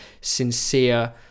sincere